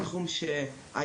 התחום של האינטרנט,